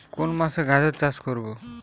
কোন মাসে গাজর চাষ করব?